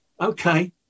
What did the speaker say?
okay